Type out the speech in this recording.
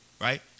right